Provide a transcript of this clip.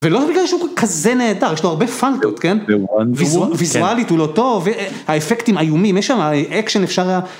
ולא בגלל שהוא כזה נהדר, יש לו הרבה פלטות, ויזואלית הוא לא טוב, האפקטים איומים, יש שם אקשן אפשר היה...